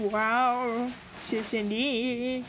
!wow! 谢谢你